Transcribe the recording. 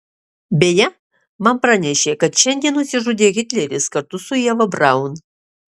beje man pranešė kad šiandien nusižudė hitleris kartu su ieva braun